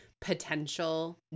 potential